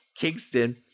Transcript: Kingston